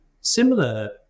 similar